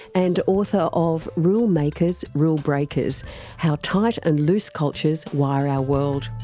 and author of rule makers, rule breakers how tight and loose cultures wire our world.